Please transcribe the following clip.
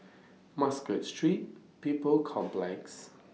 Muscat Street People's Complex